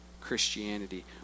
Christianity